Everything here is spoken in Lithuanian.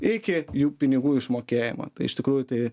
iki jų pinigų išmokėjimo tai iš tikrųjų tai